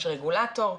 יש רגולטור,